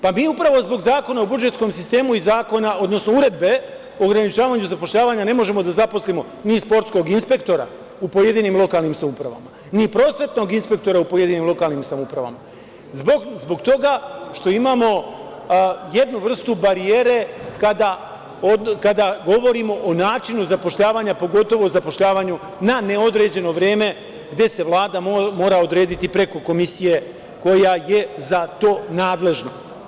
Pa, mi upravo zbog Zakona u budžetskom sistemu i zakona, odnosno Uredbe o ograničavanju zapošljavanja, ne možemo da zaposlimo ni sportskog inspektora u pojedinim lokalnim samoupravama, ni prosvetnog inspektora u pojedinim lokalnim samoupravama, zbog toga što imamo jednu vrstu barijere kada govorimo o načinu zapošljavanja, pogotovo o zapošljavanju na neodređeno vreme, gde se Vlada mora odrediti preko komisije koja je za to nadležna.